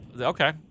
okay